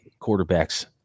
quarterbacks